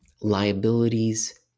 liabilities